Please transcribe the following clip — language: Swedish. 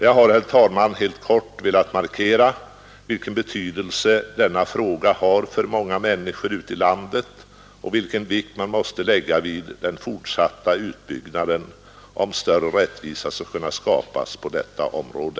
Jag har, herr talman, helt kort velat markera vilken betydelse denna fråga har för många människor ute i landet och vilken vikt man måste tillmäta den fortsatta utbyggnaden, om större rättvisa skall kunna skapas på detta område.